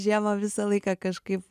žiemą visą laiką kažkaip